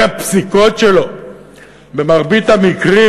כי הפסיקות שלו במרבית המקרים,